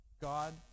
God